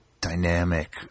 dynamic